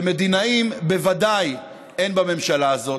ומדינאים בוודאי אין בממשלה הזאת.